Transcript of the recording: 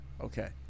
okay